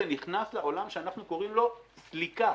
זה נכנס לעולם שאנחנו קוראים לו סליקה.